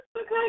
Okay